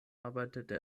arbeitete